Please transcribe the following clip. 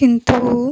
କିନ୍ତୁ